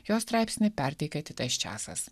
jo straipsnyje perteikti tas česas